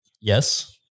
yes